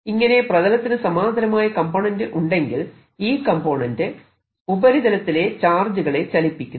ഇങ്ങനെ പ്രതലത്തിനു സമാന്തരമായി കംപോണന്റ് ഉണ്ടെങ്കിൽ ഈ കംപോണന്റ് ഉപരിതലത്തിലെ ചാർജുകളെ ചലിപ്പിക്കുന്നു